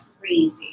crazy